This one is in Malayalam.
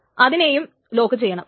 അതിനേയും ലോക്കുചെയ്യണം